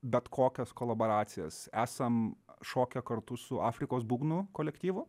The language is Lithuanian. bet kokias kolaboracijas esam šokę kartu su afrikos būgnų kolektyvu